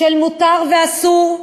של מותר ואסור,